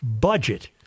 budget